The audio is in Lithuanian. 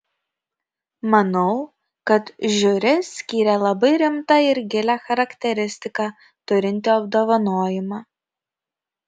manau kad žiuri skyrė labai rimtą ir gilią charakteristiką turintį apdovanojimą